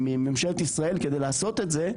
ממשלת ישראל כדי לעשות את זה,